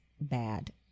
bad